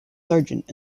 sergeant